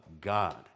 God